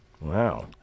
Wow